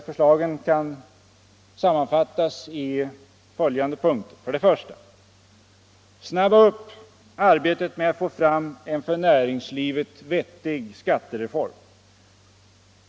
Förslagen kan sammanfattas i följande punkter: 1. Snabba upp arbetet med att få fram en för näringslivet vettig skattereform.